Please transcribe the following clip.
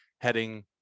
heading